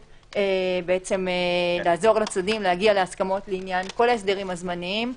לעזור לצדדים להגיע להסכמות לעניין כל ההסדרים הזמניים.